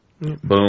boom